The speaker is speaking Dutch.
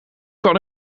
kan